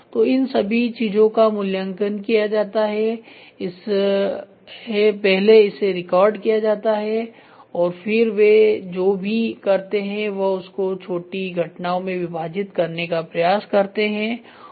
तो इन सभी चीजों का मूल्यांकन किया जाता है पहले इसे रिकॉर्ड किया जाता है और फिर वे जो भी करते हैं वह उसे छोटी घटनाओं में विभाजित करने का प्रयास करते है